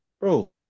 bro